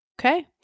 Okay